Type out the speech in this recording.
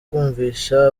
kumvisha